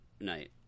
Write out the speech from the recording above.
night